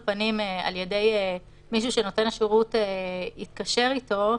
פנים על ידי מישהו שנותן השירות התקשר אתו.